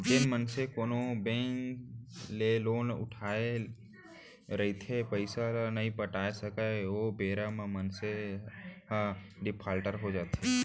जेन मनसे कोनो बेंक ले लोन उठाय रहिथे पइसा ल नइ पटा सकय ओ बेरा म मनसे ह डिफाल्टर हो जाथे